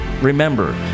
Remember